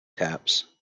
taps